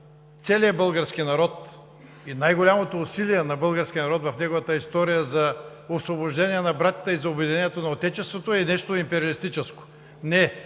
целия български народ, и най-голямото усилие на българския народ в неговата история за освобождение на братята си и за обединението на отечеството е нещо империалистическо.